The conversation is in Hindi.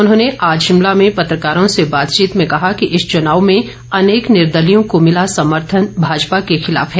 उन्होंने आज शिमला में पत्रकारों से बातचीत में कहा कि इस चुनाव में अनेक निर्दलियों को मिला समर्थन भाजपा के खिलाफ है